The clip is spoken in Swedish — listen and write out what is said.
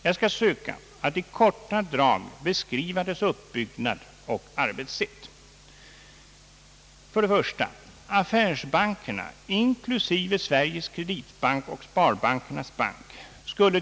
Jag skall söka att i korta drag beskriva dess uppbyggnad och arbetssätt.